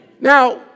Now